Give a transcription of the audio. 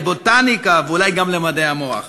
לבוטניקה ואולי גם למדעי המוח.